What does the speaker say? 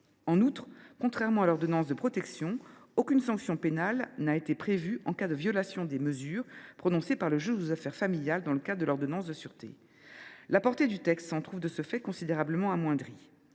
En outre, contrairement à l’ordonnance de protection, aucune sanction pénale n’a été prévue en cas de violation des mesures prononcées par le juge aux affaires familiales dans le cadre de l’ordonnance de sûreté. La portée du texte s’en trouve, de ce fait, considérablement amoindrie.